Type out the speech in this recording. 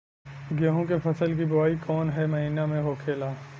गेहूँ के फसल की बुवाई कौन हैं महीना में होखेला?